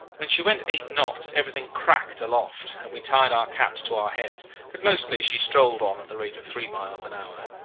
when she went eight knots everything cracked aloft, and we tied our caps to our heads but mostly she strolled on at the rate of three miles an hour.